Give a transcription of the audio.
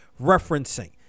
referencing